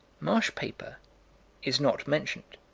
marsh paper is not mentioned,